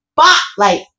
Spotlight